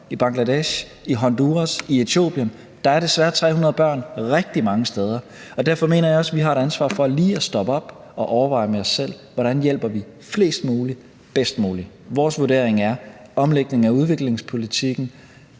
i Bangladesh, i Honduras eller i Etiopien? Der er desværre 300 børn rigtig mange steder, og derfor mener jeg også, at vi har et ansvar for lige at stoppe op og overveje med os selv, hvordan vi hjælper flest mulige bedst muligt. Vores vurdering er: Omlægning af udviklingspolitikken,